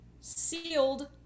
sealed